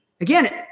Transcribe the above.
Again